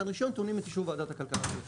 רישיון טעונים את אישור ועדת הכלכלה של הכנסת.